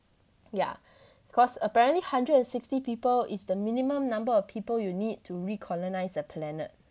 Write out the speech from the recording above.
yeah cause apparently hundred and sixty people is the minimum number of people you need to recolonise a planet